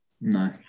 No